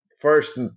first